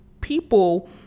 people